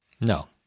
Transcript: No